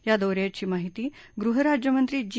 या दौन्याची माहिती गृह राज्यमंत्री जी